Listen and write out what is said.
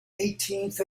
eighteenth